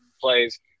plays